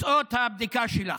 תוצאות הבדיקה שלך.